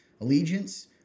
allegiance